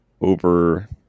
over